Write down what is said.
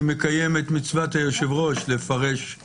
אני מקיים את מצוות היושב-ראש לפרש ראשי תיבות.